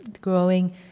growing